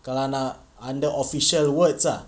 kalau nak under official words ah